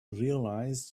realise